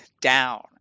down